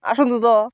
ଆସନ୍ତୁ ତ